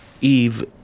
Eve